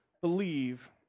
believe